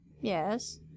Yes